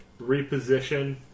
Reposition